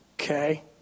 Okay